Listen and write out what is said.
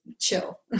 chill